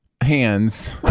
Hands